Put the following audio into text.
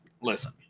listen